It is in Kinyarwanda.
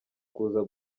kuza